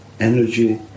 energy